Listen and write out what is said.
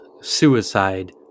suicide